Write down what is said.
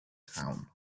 town